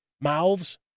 mouths